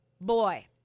boy